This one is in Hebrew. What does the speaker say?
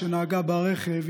שנהגה ברכב,